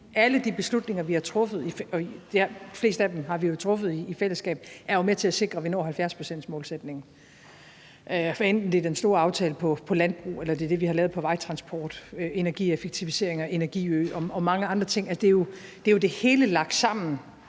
fleste af dem har vi jo truffet i fællesskab, er jo med til at sikre, at vi når 70-procentsmålsætningen, hvad enten det er den store aftale på landbrug, eller om det er det, vi har lavet på vejtransport, energieffektiviseringer, energiø og mange andre ting. Det er jo det hele lagt sammen,